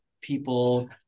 people